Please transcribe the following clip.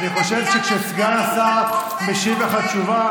אני חושב שכשסגן השר משיב לך תשובה,